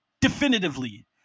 definitively